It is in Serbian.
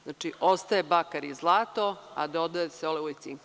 Znači, ostaje bakar i zlato, a dodaje se olovo i cink.